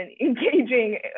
engaging